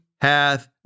hath